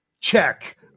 check